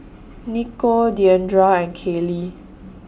Nikko Deandra and Kaley